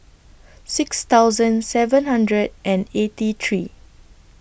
six thousand seven hundred and eighty three